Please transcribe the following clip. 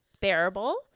bearable